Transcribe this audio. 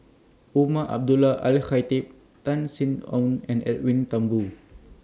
Umar Abdullah Al Khatib Tan Sin Aun and Edwin Thumboo